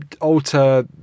alter